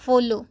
follow